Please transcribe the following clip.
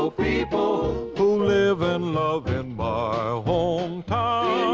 so people, who live and love in my home town.